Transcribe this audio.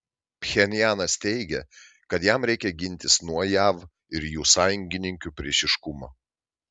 pchenjanas teigia kad jam reikia gintis nuo jav ir jų sąjungininkių priešiškumo